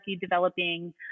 developing